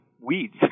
weeds